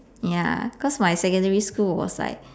ya cause my secondary school was like